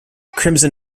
crimson